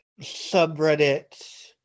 subreddits